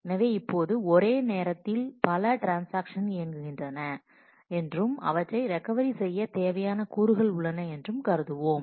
எனவே இப்போது ஒரே நேரத்தில் பல ட்ரான்ஸாக்ஷன்ஸ் இயங்குகின்றன என்றும் அவற்றை ரெக்கவரி செய்ய தேவையான கூறுகள் உள்ளன என்றும் கருதுவோம்